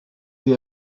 they